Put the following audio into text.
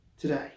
today